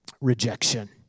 rejection